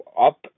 up